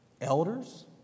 elders